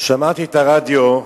שמעתי ברדיו,